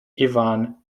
ivan